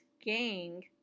gang